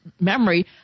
memory